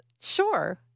Sure